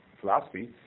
philosophy